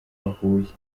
bahuye